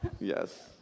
yes